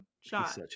shot